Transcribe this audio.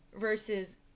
versus